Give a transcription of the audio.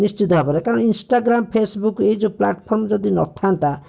ନିଶ୍ଟିତ ଭାବରେ କାରଣ Instagram Facebook ଏ ଯୋଉ ପ୍ଲାଟଫର୍ମ ଯଦି ନଥାନ୍ତା